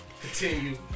Continue